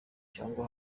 cyangwa